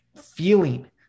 feeling